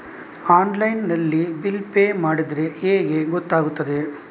Online ನಲ್ಲಿ bill pay ಮಾಡಿದ್ರೆ ಹೇಗೆ ಗೊತ್ತಾಗುತ್ತದೆ?